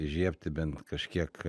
įžiebti bent kažkiek